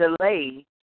delay